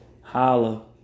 Holla